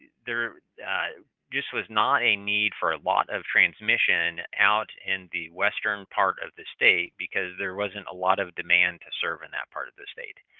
there just was not a need for a lot of transmission out in the western part of the state because there wasn't a lot of demand to serve in that part of the state.